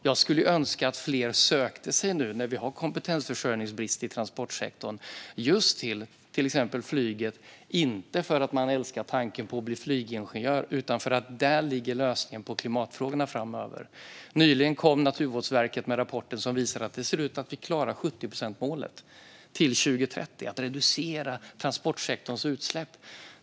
Jag skulle önska att fler nu när vi har kompetensförsörjningsbrist i transportsektorn sökte sig just till exempelvis flyget, inte för att man älskar tanken på att bli flygingenjör utan för att lösningen på klimatfrågorna framöver ligger där. Nyligen kom Naturvårdsverket med en rapport som visar att det ser ut som att vi klarar 70-procentsmålet till 2030, att reducera transportsektorns utsläpp.